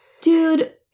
Dude